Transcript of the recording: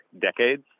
decades